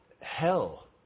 hell